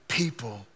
people